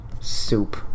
Soup